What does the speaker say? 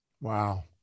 Wow